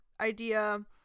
idea